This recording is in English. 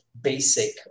basic